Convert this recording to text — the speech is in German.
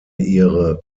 ihre